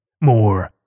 more